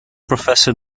professor